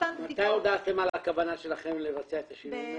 מתי הודעתם על הכוונה שלכם לבצע את השינויים האלה?